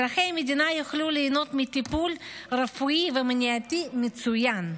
אזרחי המדינה יוכלו ליהנות מטיפול רפואי ומניעתי מצוין,